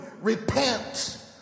repent